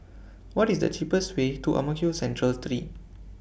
What IS The cheapest Way to Ang Mo Kio Central three